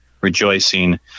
rejoicing